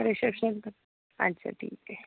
reception अच्छा ठीक आहे